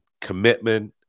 commitment